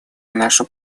наше